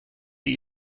die